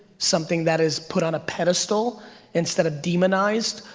something that is put on a pedestal instead of demonized,